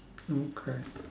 okay